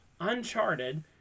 uncharted